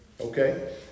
Okay